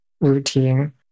routine